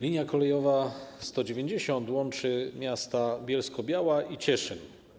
Linia kolejowa nr 190 łączy miasta Bielsko-Biała i Cieszyn.